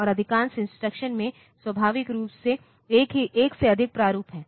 और अधिकांश इंस्ट्रक्शंस में स्वाभाविक रूप से एक से अधिक प्रारूप हैं